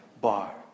bar